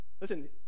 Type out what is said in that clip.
Listen